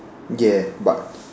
yes but